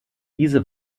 diese